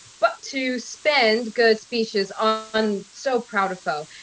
but to spend good speeches on so proud a foe.